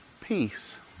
peace